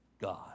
God